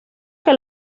que